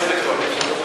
כי יש לנו שתי הסתייגויות.